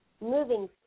moving